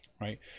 right